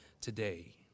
today